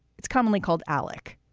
it's commonly called alec.